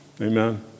Amen